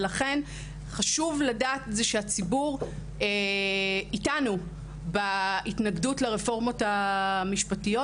ולכן חשוב לדעת שהציבור איתנו בהתנגדות לרפורמות המשפטיות,